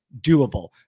doable